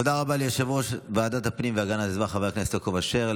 תודה רבה ליושב-ראש ועדת הפנים והגנת הסביבה חבר הכנסת יעקב אשר.